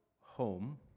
home